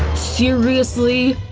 seriously!